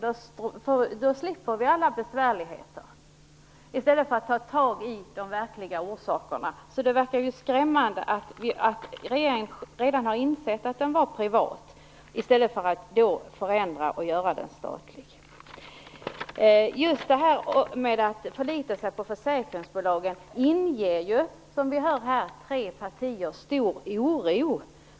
Därmed slipper vi alla besvärligheter; detta i stället för att ta tag i de verkliga orsakerna. Det tycks skrämmande att regeringen redan insett att rättshjälpen var privat och ändå inte förändrat så att den blev statlig. Just detta med att förlita sig på försäkringsbolagen inger, som vi hör här från tre partier, stor oro.